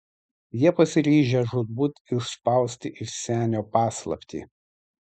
jie pasiryžę žūtbūt išspausti iš senio paslaptį